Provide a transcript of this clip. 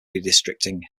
redistricting